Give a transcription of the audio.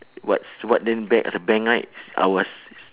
what's what then ban~ ah bank right ours